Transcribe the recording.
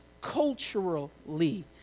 culturally